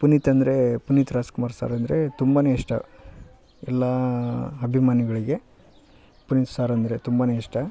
ಪುನೀತ್ ಅಂದರೆ ಪುನೀತ್ ರಾಜ್ಕುಮಾರ್ ಸರ್ ಅಂದರೆ ತುಂಬನೆ ಇಷ್ಟ ಎಲ್ಲ ಅಭಿಮಾನಿಗಳಿಗೆ ಪುನೀತ್ ಸರ್ ಅಂದರೆ ತುಂಬಾನೆ ಇಷ್ಟ